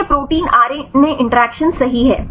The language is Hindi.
तो यह प्रोटीन आरएनए इंटरैक्शन सही है